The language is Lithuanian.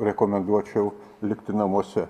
rekomenduočiau likti namuose